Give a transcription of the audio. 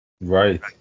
Right